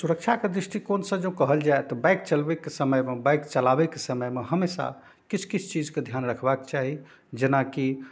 सुरक्षाके दृष्टिकोणसँ जँ कहल जाए तऽ बाइक चलबैके समयमे बाइक चलाबैके समयमे हमेशा किछु किछु चीजके धिआन रखबाके चाही जेनाकि